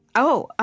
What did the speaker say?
oh, ah